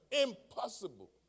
impossible